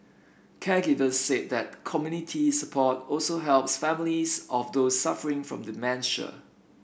caregivers said that community support also helps families of those suffering from dementia